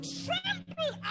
trample